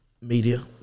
media